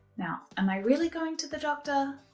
now am i really going to the doctor?